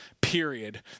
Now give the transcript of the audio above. period